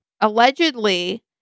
Allegedly